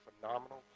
phenomenal